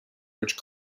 ridge